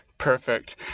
Perfect